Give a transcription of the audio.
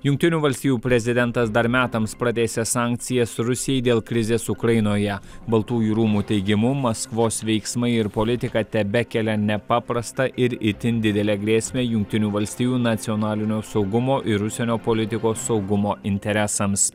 jungtinių valstijų prezidentas dar metams pradėsiąs sankcijas su rusijai dėl krizės ukrainoje baltųjų rūmų teigimu maskvos veiksmai ir politika tebekelia nepaprastą ir itin didelę grėsmę jungtinių valstijų nacionalinio saugumo ir užsienio politikos saugumo interesams